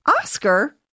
Oscar